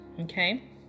Okay